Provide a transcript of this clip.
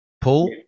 pull